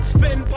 Spin